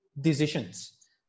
decisions